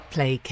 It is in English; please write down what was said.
Play